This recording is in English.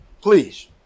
Please